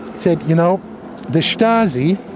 said you know the stasi,